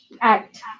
act